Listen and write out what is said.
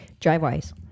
DriveWise